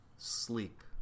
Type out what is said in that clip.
Sleep